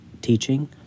teaching